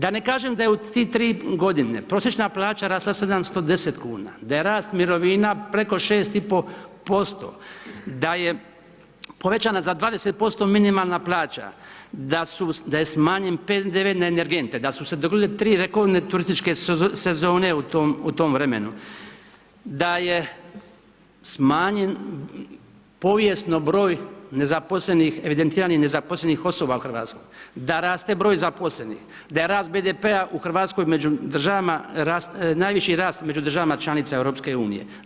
Da ne kažem da je u tih 3 g. prosječna plaća rasla 710 kn, da je rast mirovina preko 6,5%, da je povećana za 20% minimalna plaća, da je smanjen PDV na energente, da su se dogodile 3 rekordne turističke sezone u tom vremenu, da je smanjen povijesno broj nezaposlenih, evidentiranih nezaposlenih osoba u Hrvatskoj, da raste broj zaposlenih, da je rast BDP-a u Hrvatskoj među državama najviši rast među državama članicama EU-a.